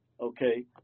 okay